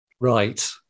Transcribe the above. Right